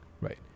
right